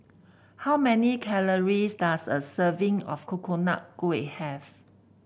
how many calories does a serving of Coconut Kuih have